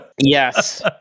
Yes